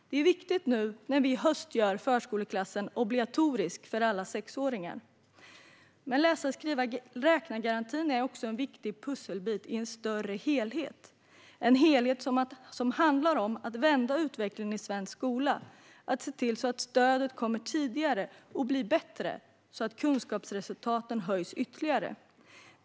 Det är viktigt nu när vi i höst gör förskoleklassen obligatorisk för alla sexåringar. Men läsa-skriva-räkna-garantin är också en viktig pusselbit i en större helhet, en helhet som handlar om att vända utvecklingen i svensk skola och att se till att stödet kommer tidigare och blir bättre så att kunskapsresultaten höjs ytterligare.